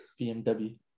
BMW